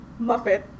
Muppet